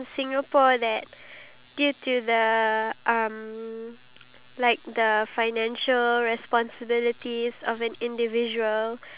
given the life expectancy of up to eighty three eighty four then majority of them these ninety plus people ninety percent